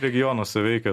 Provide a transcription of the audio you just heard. regionuose veikia